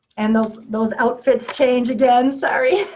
and those those outfits change again, sorry.